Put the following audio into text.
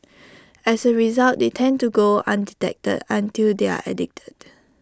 as A result they tend to go undetected until they are addicted